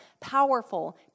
powerful